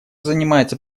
занимается